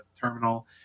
terminal